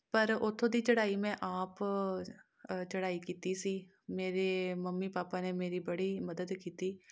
ਪਰ ਉੱਥੋਂ ਦੀ ਚੜ੍ਹਾਈ ਮੈਂ ਆਪ ਚੜ੍ਹਾਈ ਕੀਤੀ ਸੀ ਮੇਰੇ ਮੰਮੀ ਪਾਪਾ ਨੇ ਮੇਰੀ ਬੜੀ ਮਦਦ ਕੀਤੀ